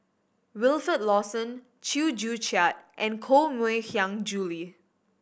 Wilfed Lawson Chew Joo Chiat and Koh Mui Hiang Julie